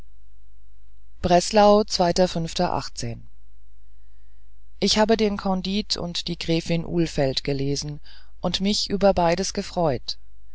breslau ich habe den candide und die gräfin ulfeldt gelesen und mich über beides gefreut